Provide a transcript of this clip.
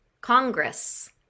Congress